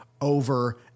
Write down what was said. over